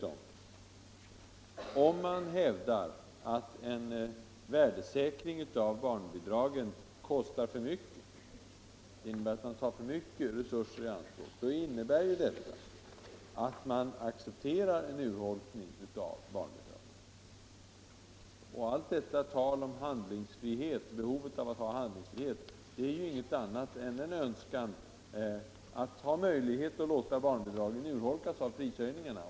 Om man vidare hävdar att en värdesäkring av barnbidraget kostar för mycket, genom att man tar för mycket av resurserna i anspråk, innebär det att man accepterar en urholkning av barnbidraget. Allt detta tal om behovet av handlingsfrihet är ju ingenting annat än en önskan att ha möjlighet att låta barnbidraget urholkas av prishöjningarna.